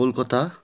Kolkata